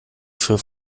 für